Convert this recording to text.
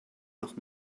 noch